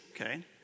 okay